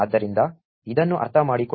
ಆದ್ದರಿಂದ ಇದನ್ನು ಅರ್ಥಮಾಡಿಕೊಳ್ಳಲು